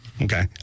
Okay